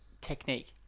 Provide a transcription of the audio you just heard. technique